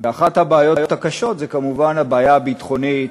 ואחת הבעיות הקשות זו כמובן הבעיה הביטחונית